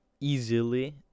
easily